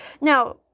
Now